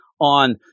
on